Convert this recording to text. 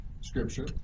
Scripture